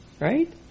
Right